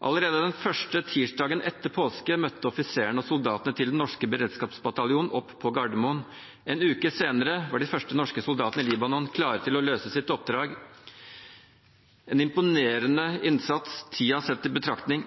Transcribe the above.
Allerede den første tirsdagen etter påske møtte offiserene og soldatene til den norske beredskapsbataljonen opp på Gardermoen. En uke senere var de første norske soldatene i Libanon klare til å løse sitt oppdrag – en imponerende innsats tiden tatt i betraktning.